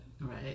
Right